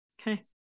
Okay